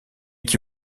qui